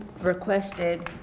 requested